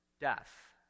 death